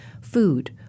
food